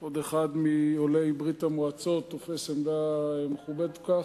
עוד אחד מעולי ברית-המועצות תופס עמדה מכובדת כל כך,